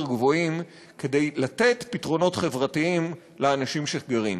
גבוהים כדי לתת פתרונות חברתיים לאנשים שגרים.